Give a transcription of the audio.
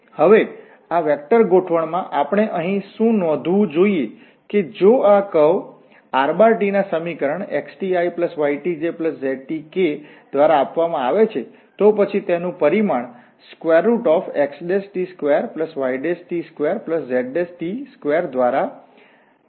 હવે આ વેક્ટરગોઠવણમાં આપણે અહીં શું નોંધવું જોઈએ કે જો આ કર્વ વળાંક rt ના સમીકરણ xtiytjztk દ્વારા આપવામાં આવે છે તો પછી તેનુ પરિમાણ xt2yt2zt2 દ્વારા કરી શકાય છે